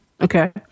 Okay